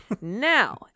Now